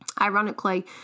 Ironically